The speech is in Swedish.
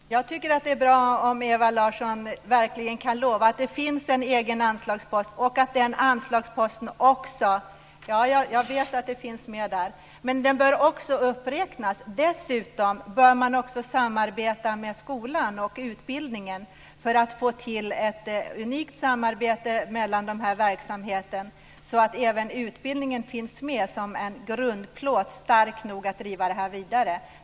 Herr talman! Jag tycker att det är bra om Ewa Larsson verkligen kan lova att det finns en egen anslagspost och att den anslagsposten också bör uppräknas. Dessutom bör man samarbeta med skolan och utbildningen för att skapa ett unikt samarbete mellan dessa verksamheter, så att även utbildningen finns med som en grundplåt, stark nog att driva detta vidare.